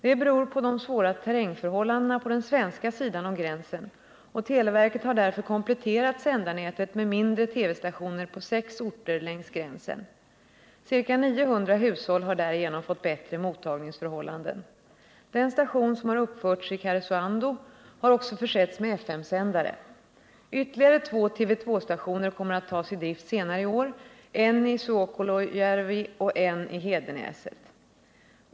Det beror på de svåra terrängför hållandena på den svenska sidan om gränsen, och televerket har därför kompletterat sändarnätet med mindre TV-stationer på sex orter längs gränsen. Ca 900 hushåll har därigenom fått bättre mottagningsförhållanden. Den station som har uppförts i Karesuando har också försetts med FM-sändare. Ytterligare två TV 2-stationer kommer att tas i drift senare i år, en i Suokolojärvi och en i Hedenäset.